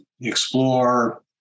explore